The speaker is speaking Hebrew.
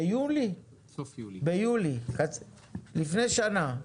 ביולי, לפני שנה.